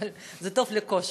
אבל זה טוב לכושר.